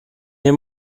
nie